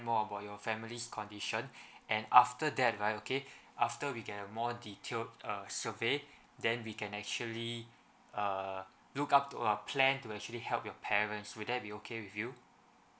more about your family's condition and after that right okay after we get a more detailed err survey then we can actually err look up to a plan to actually help your parents will that be okay with you